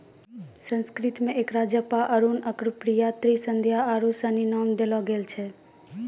संस्कृत मे एकरा जपा अरुण अर्कप्रिया त्रिसंध्या आरु सनी नाम देलो गेल छै